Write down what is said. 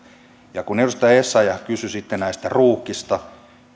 ja kun edustaja essayah kysyi näistä ruuhkista